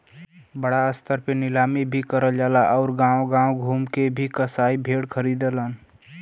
बड़ा स्तर पे नीलामी भी करल जाला आउर गांव गांव घूम के भी कसाई भेड़ खरीदलन